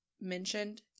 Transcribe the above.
mentioned